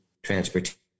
transportation